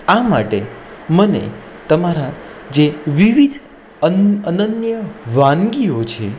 આ માટે મને તમારા જે વિવિધ અનન્ય વાનગીઓ છે